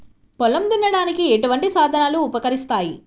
పొలం దున్నడానికి ఎటువంటి సాధనాలు ఉపకరిస్తాయి?